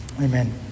Amen